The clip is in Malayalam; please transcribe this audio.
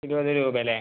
ഇരുപത് രൂപ അല്ലേ